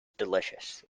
delicious